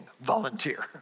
volunteer